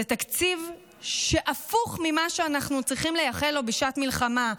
זה תקציב שהפוך ממה שאנחנו צריכים לייחל לו בשעת מלחמה.